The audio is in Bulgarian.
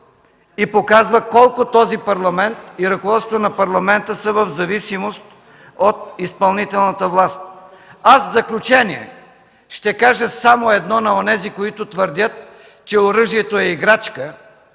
и показва колко този парламент и ръководството на парламента, са в зависимост от изпълнителната власт. В заключение ще кажа само едно на онези, които твърдят, че оръжието е играчка